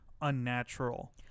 unnatural